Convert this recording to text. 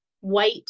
white